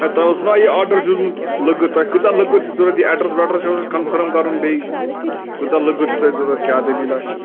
آ تۄہہِ اوسوٕ نا یہِ آرڈَر دیُتمُت لٔکٕر تۄہہِ کۭژاہ لٔکٕر چھِ ضروٗرت یہِ اٮ۪ڈرَس وٮ۪ڈرَس یہِ اوس کَنفٲرٕم کَرُن بیٚیہِ کۭژاہ لٔکٕر چھِ تۄہہِ ضروٗرت کیٛاہ دٔلیٖلاہ چھِ